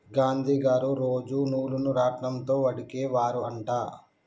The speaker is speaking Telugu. గాంధీ గారు రోజు నూలును రాట్నం తో వడికే వారు అంట